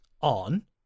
on